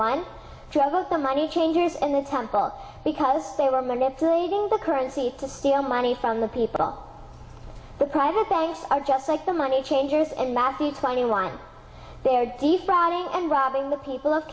one travels the money changers and the temple because they were manipulating the currency to steal money from the people the private banks are just like the money changers and matthew twenty one they're defrauding and robbing the people of